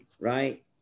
right